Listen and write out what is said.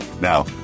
now